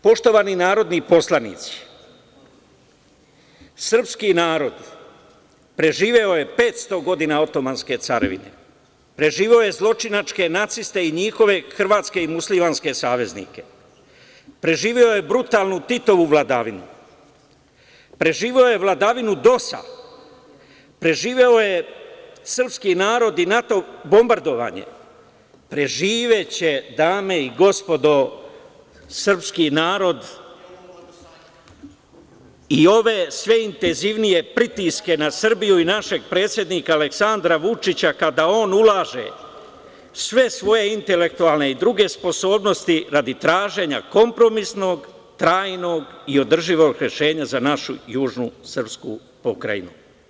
Poštovani narodni poslanici, srpski narod preživeo je 500 godina Otomanske carevine, preživeo je zločinačke naciste i njihove hrvatske i muslimanske saveznike, preživeo je brutalnu Titovu vladavinu, preživeo je vladavinu DOS, preživeo je srpski narod i NATO bombardovanje, preživeće, dame i gospodo, srpski narod i ove sve intenzivnije pritiske na Srbiju i našeg predsednika Aleksandra Vučića kada on ulaže sve svoje intelektualne i druge sposobnosti radi traženja kompromisnog, trajnog i održivog rešenja za našu južnu srpsku pokrajinu.